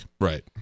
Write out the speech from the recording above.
Right